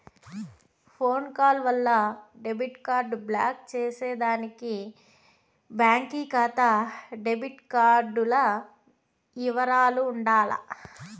phone call వల్ల debit card block చేసేదానికి బాంకీ కాతా డెబిట్ కార్డుల ఇవరాలు ఉండాల